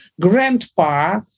grandpa